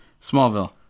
Smallville